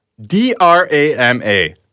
D-R-A-M-A